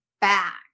back